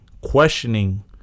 questioning